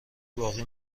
باقی